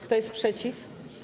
Kto jest przeciw?